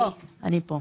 אני פה.